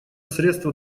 средство